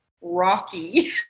rocky